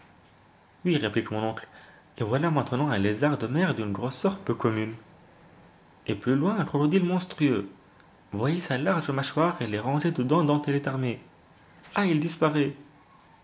oui réplique mon oncle et voilà maintenant un lézard de mer d'une grosseur peu commune et plus loin un crocodile monstrueux voyez sa large mâchoire et les rangées de dents dont elle est armée ah il disparaît